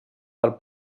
del